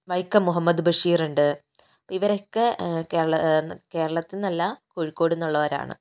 വൈക്കം മുഹമ്മദ് ബഷീറുണ്ട് ഇവരൊക്കെ കേരളത്തിൽനിന്നല്ല കോഴിക്കോടിൽ നിന്നുള്ളവരാണ്